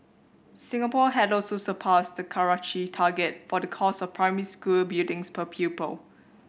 Singapore had also surpassed the Karachi target for the cost of primary school buildings per pupil